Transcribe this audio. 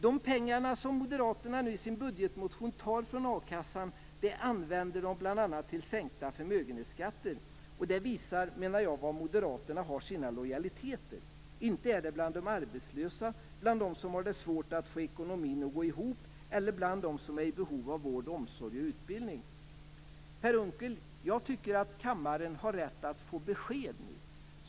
De pengar som moderaterna i sin budgetmotion tar från a-kassan använder de bl.a. till sänkta förmögenhetsskatter. Det visar var moderaterna har sina lojaliteter. Inte är det bland de arbetslösa och dem som har svårt att få ekonomin att gå ihop eller bland dem som är i behov av vård, omsorg och utbildning. Jag tycker att kammaren har rätt att nu få besked, Per Unckel.